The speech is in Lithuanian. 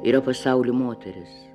yra pasaulio moterys